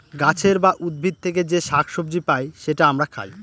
গাছের বা উদ্ভিদ থেকে যে শাক সবজি পাই সেটা আমরা খাই